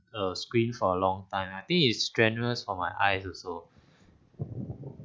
a screen for a long time I it's strenuous for my eyes also